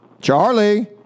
Charlie